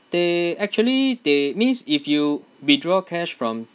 they actually they means if you withdraw cash from